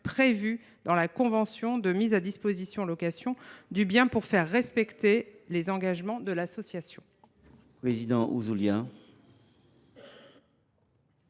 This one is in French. prévus dans la convention de mise à disposition location du bien pour faire respecter les engagements de l’association. La parole